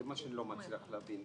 זה מה שאני לא מצליח להבין.